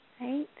right